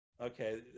okay